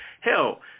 Hell